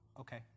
Okay